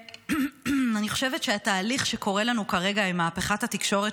ואני חושבת שהתהליך שקורה לנו כרגע עם מהפכת התקשורת